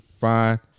Fine